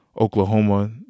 Oklahoma